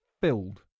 filled